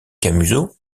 camusot